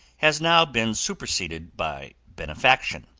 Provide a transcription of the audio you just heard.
has now been superseded by benefaction